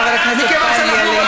חבר הכנסת חיים ילין.